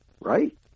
right